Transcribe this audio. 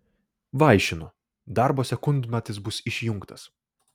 vaišinu darbo sekundmatis bus išjungtas